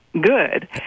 good